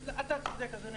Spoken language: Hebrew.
אדוני